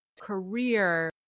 career